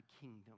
kingdom